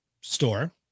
store